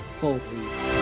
boldly